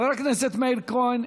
חבר הכנסת מאיר כהן,